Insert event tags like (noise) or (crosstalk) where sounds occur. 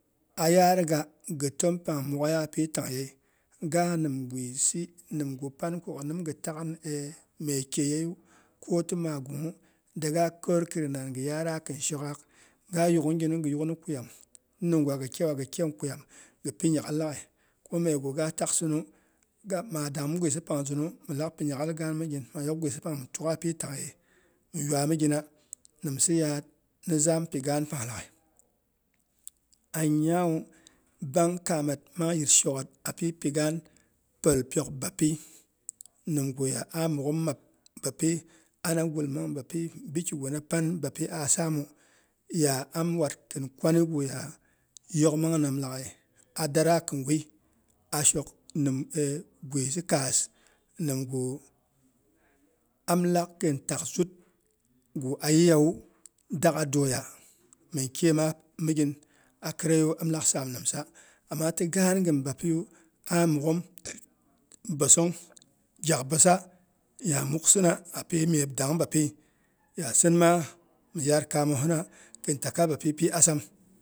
Ayarga ghi tompang mwogheiya pi taang yei, ga nimgwisi nimgu panko gi nimghi tak (hesitation) mye kyeyeiyu koti myegungnwu, daga kor khiri nan ghi yaara khin shokgaak, ga yukniginu, ghi yukni kuyam, ningwa ghi kewu ghi ken kuyam gipi nya'ghal laghai. ko megu ga faksinu, milak pi nya'ghal gaan migin, maa yok gwisipang mi tukgha pi taangyei mi yuaimigina, nimsa yaad mizampi gaan pang laghai a nyawu, bang kaa met mang yis swaghet api pigaan pəlpyok bapi nimguya ah mukghim map bapi, ana gul mang bapi bikigun pan bapi ah saamu. Ya am wat khin kwani guya yokmang nam laghai a dara kɨn wui ashok nim gwisi kaas gu am lak gintak zutgu a yɨiyawu. Da'ga doya, min kyema migin a kareiyu am lak samang nimsa. Ama tigaan nim bapiyu ah mukghim bossong gyak bossa ya muksina api byep dang bapi yasinma mi yar kaamosina kin takkai bapi pi assam.